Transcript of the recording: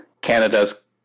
Canada's